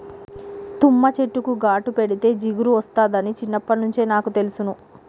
తుమ్మ చెట్టుకు ఘాటు పెడితే జిగురు ఒస్తాదని చిన్నప్పట్నుంచే నాకు తెలుసును